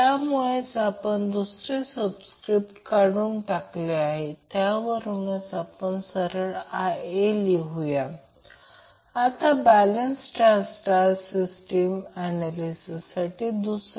तर याचा अर्थ असा की येथे जे काही केले ते त्याचप्रमाणे Vab √3 अँगल 30 o हे या फेजर रिलेशनचा वापर करत आहे आणि हे फेजर आकृतीचे रोटर c आहे